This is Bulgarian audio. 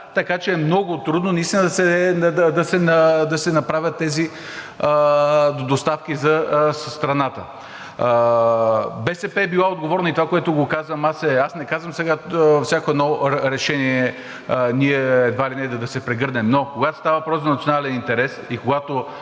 така че е много трудно да се направят тези доставки за страната. БСП е била отговорна. Аз не казвам сега за всяко едно решение едва ли не да се прегърнем, но когато става въпрос за национален интерес и когато